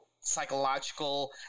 psychological